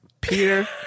Peter